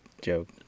joke